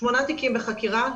שמונה תיקים בחקירה,